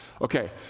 Okay